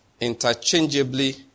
interchangeably